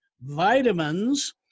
Vitamins